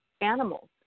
animals